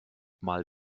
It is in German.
mal